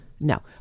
no